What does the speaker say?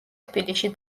თბილისში